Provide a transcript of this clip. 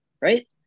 right